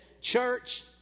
church